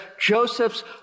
Joseph's